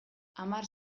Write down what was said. hamar